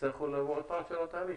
תצטרכו לבוא עוד פעם לשנות תאריך?